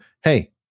hey